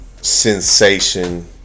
sensation